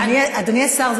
אדוני השר,